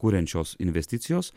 kuriančios investicijos